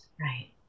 Right